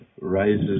rises